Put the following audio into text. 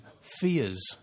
Fears